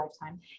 lifetime